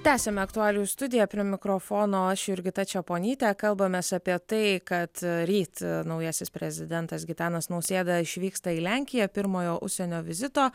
tęsiame aktualijų studiją prie mikrofono aš jurgita čeponytė kalbamės apie tai kad ryt naujasis prezidentas gitanas nausėda išvyksta į lenkiją pirmojo užsienio vizito